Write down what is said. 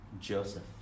Joseph